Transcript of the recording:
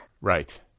Right